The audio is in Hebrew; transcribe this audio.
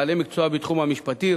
בעלי מקצוע בתחום המשפטי,